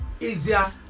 easier